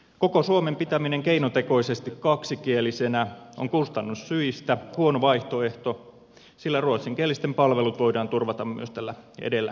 koko suomen pitäminen keinotekoisesti kaksikielisenä on kustannussyistä huono vaihtoehto sillä ruotsinkielisten palvelut voidaan turvata myös näillä edellä mainituin keinoin